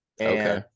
Okay